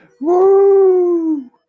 Woo